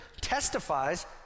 testifies